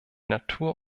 natur